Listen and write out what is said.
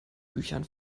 büchern